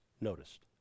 noticed